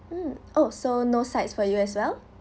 mm oh so no sides for you as well